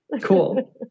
Cool